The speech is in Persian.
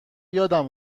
یادم